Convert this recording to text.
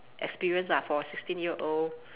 experience lah for a sixteen year old